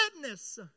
witness